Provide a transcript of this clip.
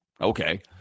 Okay